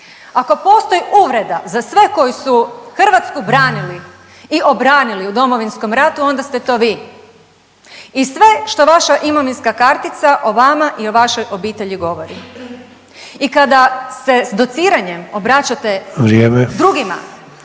Ako postoji uvreda za sve koji su Hrvatsku branili i obranili u Domovinskom ratu onda ste to vi i sve što vaša imovinska kartica o vama i o vašoj obitelji govori. I kada se s dociranjem obraćate…/Upadica